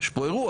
יש פה אירוע.